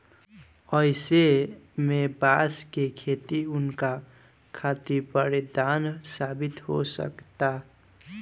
अईसे में बांस के खेती उनका खातिर वरदान साबित हो सकता